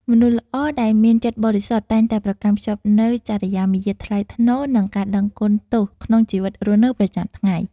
មនុស្សល្អដែលមានចិត្តបរិសុទ្ធតែងតែប្រកាន់ខ្ជាប់នូវចរិយាមារយាទថ្លៃថ្នូរ និង ការដឹងគុណទោសក្នុងជីវិតរស់នៅប្រចាំថ្ងៃ